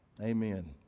Amen